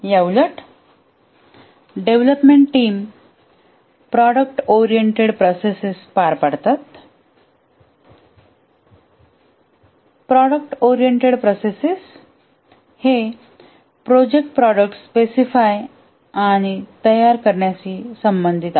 याउलट development team product oriented process पार पाडतात प्रॉडक्ट ओरिएंटेड प्रोसेस हे प्रोजेक्ट प्रॉडक्ट्स् स्पेसिफाय आणि तयार करण्याशी संबंधित आहेत